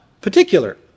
Particular